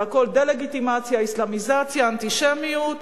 זה הכול דה-לגיטימציה, אסלאמיזציה, אנטישמיות.